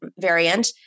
variant